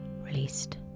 released